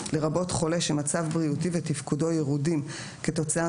לרבות חולה שמצבו הבריאותי ותפקודו ירודים כתוצאה